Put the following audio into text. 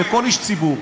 וכל איש ציבור,